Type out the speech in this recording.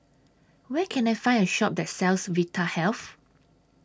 Where Can I Find A Shop that sells Vitahealth